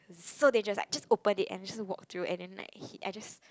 so they just like just open it and just walk through and then like he I just